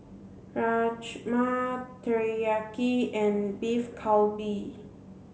Rajma Teriyaki and Beef Galbi